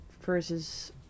versus